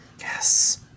Yes